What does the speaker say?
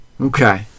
Okay